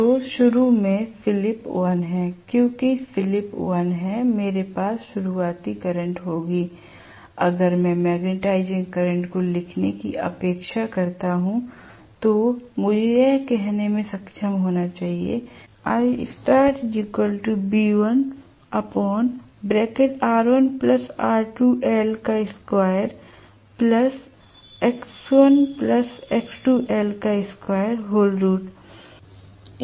तो शुरू में फ्लिप 1 है क्योंकि स्लिप 1 हैमेरे पास शुरुआती करंट होगी अगर मैं मैग्नेटाइजिंग करंट को लिखने की अपेक्षा करता हूं तो मुझे यह कहने में सक्षम होना चाहिए l